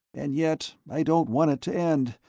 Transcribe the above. and yet i don't want it to end,